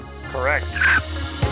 Correct